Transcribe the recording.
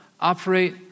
operate